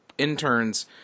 interns